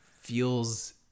feels